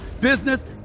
business